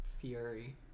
Fury